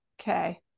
okay